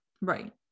Right